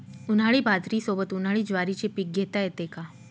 उन्हाळी बाजरीसोबत, उन्हाळी ज्वारीचे पीक घेता येते का?